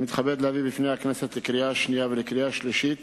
אני מתכבד להביא בפני הכנסת לקריאה שנייה ולקריאה שלישית